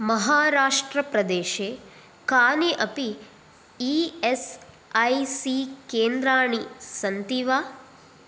महाराष्ट्रप्रदेशे कानि अपि ई एस् ऐ सी केन्द्राणि सन्ति वा